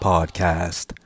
Podcast